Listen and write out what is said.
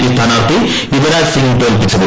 P സ്ഥാനാർത്ഥി യുവരാജ്സിംഗ് തോൽപിച്ചത്